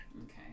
Okay